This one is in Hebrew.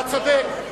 אתה צודק,